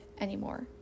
anymore